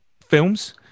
Films